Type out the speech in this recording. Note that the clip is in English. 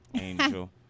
Angel